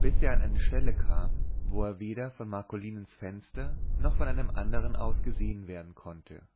bis er an eine stelle kam wo er weder von marcolinens fenster noch von einem andern aus gesehen werden konnte